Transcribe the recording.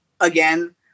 again